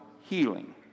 healing